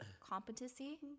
competency